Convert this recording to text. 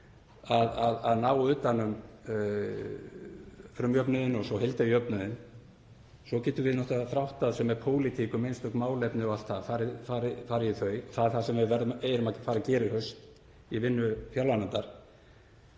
að ná utan um frumjöfnuðinn og svo heildarjöfnuðinn. Svo getum við náttúrlega þráttað, sem er pólitík, um einstök málefni og allt það, farið í þau. Það er það sem við eigum að fara að gera í haust í vinnu fjárlaganefndar.